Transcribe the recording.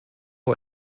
are